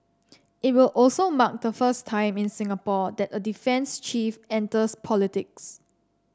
it will also mark the first time in Singapore that a defence chief enters politics